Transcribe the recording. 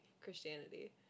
Christianity